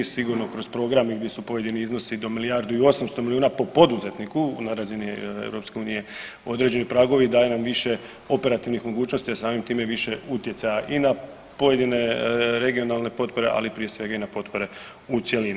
Sigurno kroz program i gdje su pojedini iznosi do milijardu i 800 milijuna po poduzetniku na razini EU određeni pragovi daje nam više operativnih mogućnosti, a samim time i više utjecaja i na pojedine regionalne potpore, ali prije svega i na potpore u cjelini.